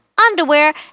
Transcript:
underwear